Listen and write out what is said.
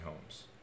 homes